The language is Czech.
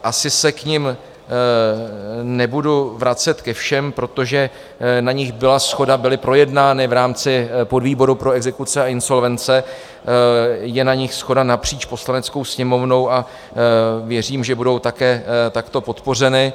Asi se k nim nebudu vracet ke všem, protože na nich byla shoda, byly projednány v rámci podvýboru pro exekuce a insolvence, je na nich shoda napříč Poslaneckou sněmovnou a věřím, že budou také takto podpořeny.